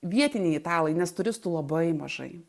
vietiniai italai nes turistų labai mažai